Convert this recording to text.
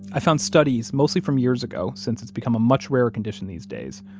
found studies, mostly from years ago since it's become a much rarer condition these days,